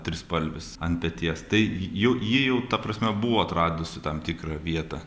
trispalvis ant peties tai ji jau ta prasme buvo atradusi tam tikrą vietą